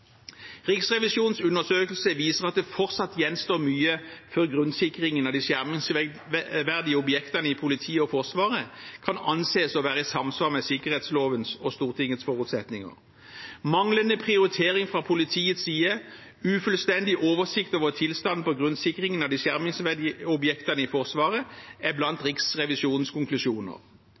Riksrevisjonens undersøkelse viser at det fortsatt gjenstår mye før grunnsikringen av de skjermingsverdige objektene i politiet og Forsvaret kan anses å være i samsvar med sikkerhetslovens og Stortingets forutsetninger. Manglende prioritering fra politiets side og ufullstendig oversikt over tilstanden når det gjelder grunnsikringen av de skjermingsverdige objektene i Forsvaret, er blant Riksrevisjonene konklusjoner.